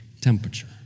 temperature